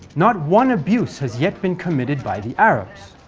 not one abuse has yet been committed by the arabs.